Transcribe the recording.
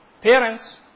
parents